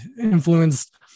influenced